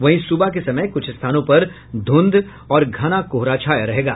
वहीं सुबह के समय कुछ स्थानों पर धुंध और घना कोहरा छाया रहेगा